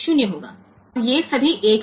और ये सभी 1 हैं